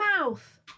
mouth